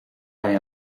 bij